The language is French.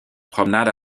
promenade